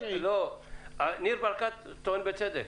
ניר ברקת טוען בצדק.